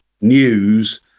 news